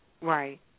Right